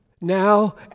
now